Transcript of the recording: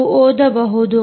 ನೀವು ಓದಬಹುದು